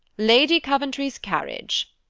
lady coventry's carriage.